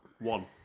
One